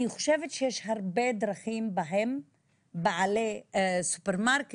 אני חושבת שיש הרבה דרכים בהן בעלי סופרמרקטים